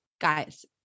guys